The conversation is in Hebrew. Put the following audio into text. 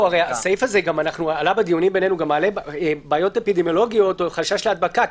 הסעיף הזה גם מעלה בעיות אפידמיולוגית או חשש להדבקה,